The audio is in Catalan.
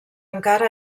encara